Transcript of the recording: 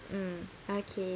mm okay